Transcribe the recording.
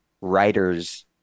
writers